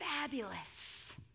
fabulous